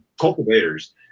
cultivators